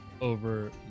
over